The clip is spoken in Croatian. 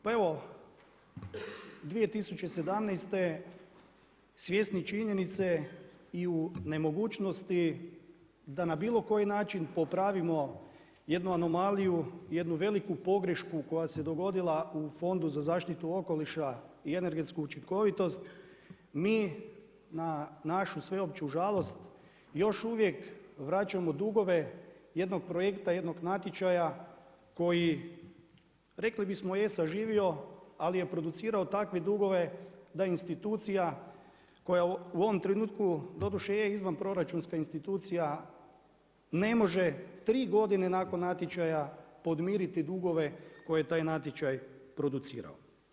Pa evo, 2017. svjesni činjenice i u nemogućnosti da na bilo koji način popravimo jednu anomaliju, jednu veliku pogrešku koja se dogodila u Fondu za zaštitu okoliša i energetsku učinkovitost mi na našu sveopću žalost još uvijek vraćamo dugove jednog projekta, jednog natječaja koji rekli bismo je saživio ali je producirao takve dugove da institucija koja u ovom trenutku doduše je izvanproračunska institucija ne može tri godine nakon natječaja podmiriti dugove koje je taj natječaj producirao.